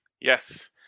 Yes